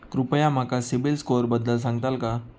कृपया माका सिबिल स्कोअरबद्दल सांगताल का?